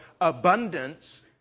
abundance